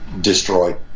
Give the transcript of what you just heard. destroyed